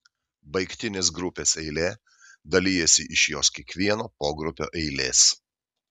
baigtinės grupės eilė dalijasi iš jos kiekvieno pogrupio eilės